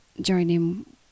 joining